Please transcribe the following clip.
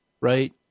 right